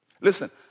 Listen